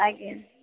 ଆଜ୍ଞା